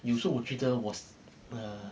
有时候我觉得我 sh~ err